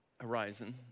horizon